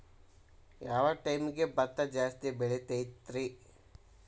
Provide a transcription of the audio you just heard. ಯಾವ ಟೈಮ್ಗೆ ಭತ್ತ ಜಾಸ್ತಿ ಬೆಳಿತೈತ್ರೇ?